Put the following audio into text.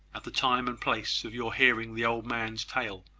at the time and place of your hearing the old man's tale.